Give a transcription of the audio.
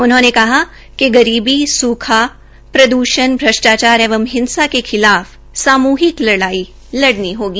उन्होंने कहा कि गरीबी सूखा बाढ़ प्रदूषण भ्रष्टाचार एवं हिंसा के खिलाफ सामहिक लड़ाई लड़नी होगी